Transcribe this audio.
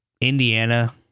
Indiana